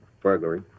Burglary